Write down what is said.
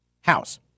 house